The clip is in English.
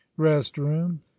rest-room